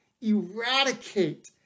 eradicate